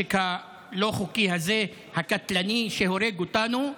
בנשק הלא-חוקי הקטלני הזה, שהורג אותנו.